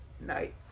night